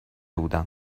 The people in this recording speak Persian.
بودم